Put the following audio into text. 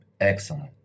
Excellent